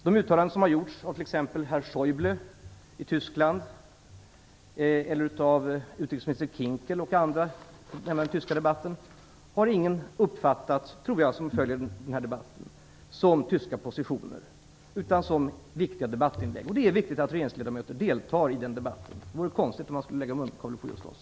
De uttalanden som har gjorts av t.ex. herr Schäuble i Tyskland eller av utrikesminister Kinkel och andra i den tyska debatten tror jag ingen som följer debatten har uppfattat som tyska positioner utan som viktiga debattinlägg. Det är viktigt att regeringsledamöter deltar i den debatten. Det vore konstigt om man skulle lägga munkavle på just oss.